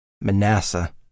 Manasseh